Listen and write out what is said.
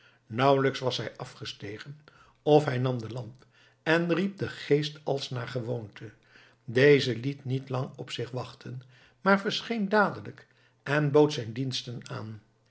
nauwelijks was hij afgestegen of hij nam de lamp en riep den geest als naar gewoonte deze liet niet lang op zich wachten maar verscheen dadelijk en bood zijn diensten aan